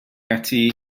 ati